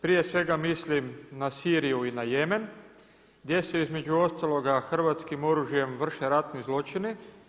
Prije svega mislim na Siriju i na Jemen gdje se između ostaloga hrvatskim oružjem vrše ratni zločini.